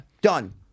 Done